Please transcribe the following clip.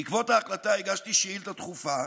בעקבות ההחלטה הגשתי שאילתה דחופה,